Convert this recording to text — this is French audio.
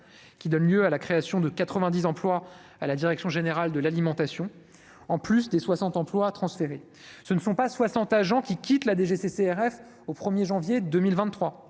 qui donne lieu à la création de 90 emplois à la direction générale de l'alimentation, en plus des 60 emplois transférés ce ne sont pas 60 agents qui quitte la DGCCRF au 1er janvier 2023